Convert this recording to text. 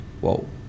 Whoa